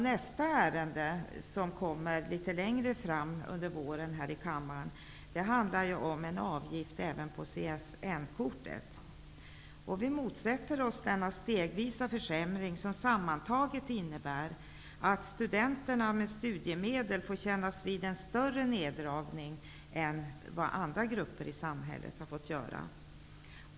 Nästa ärende, som kommer upp här i kammaren litet längre fram i vår, handlar om en avgift även på Vi motsätter oss denna stegvisa försämring, som sammantaget innebär att studenter med studiemedel får vidkännas en större neddragning än vad andra grupper i samhället fått göra.